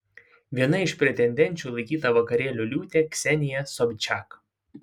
viena iš pretendenčių laikyta vakarėlių liūtė ksenija sobčiak